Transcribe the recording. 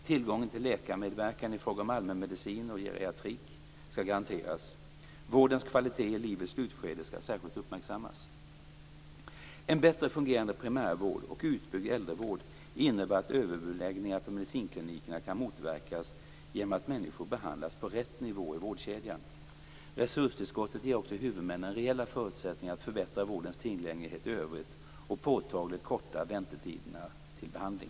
Tillgången till läkarmedverkan i fråga om allmänmedicin och geriatrik skall garanteras. Vårdens kvalitet i livets slutskede skall särskilt uppmärksammas. En bättre fungerande primärvård och utbyggd äldrevård innebär att överbeläggningar på medicinklinikerna kan motverkas genom att människor behandlas på rätt nivå i vårdkedjan. Resurstillskottet ger också huvudmännen reella förutsättningar att förbättra vårdens tillgänglighet i övrigt och påtagligt korta väntetiderna till behandling.